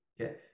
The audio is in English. Okay